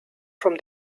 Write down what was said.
from